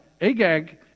Agag